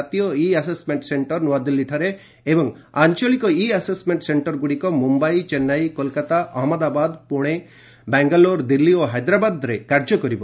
କାତୀୟ e assessment centre ନ୍ନଆଦିଲ୍ଲୀଠାରେ ଏବଂ ଆଞ୍ଚଳିକ ଇ ଆସେସ୍ମେଣ୍ଟ ସେଣ୍ଟରଗୁଡ଼ିକ ମୁମ୍ବାଇ ଚେନ୍ନାଇ କୋଲକାତା ଅହଞ୍ଞଦାବାଦ ପୁନେ ବାଙ୍ଗାଲୋର ଦିଲ୍ଲୀ ଓ ହାଇଦ୍ରାବାଦ୍ରେ କାର୍ଯ୍ୟ କରିବ